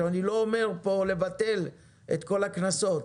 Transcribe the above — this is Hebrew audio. אני לא אומר פה לבטל את כל הקנסות,